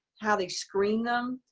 how they screen them,